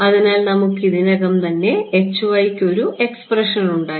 അതിനാൽ നമുക്ക് ഇതിനകം തന്നെ യ്ക്ക് ഒരു എക്സ്പ്രഷൻ ഉണ്ടായിരുന്നു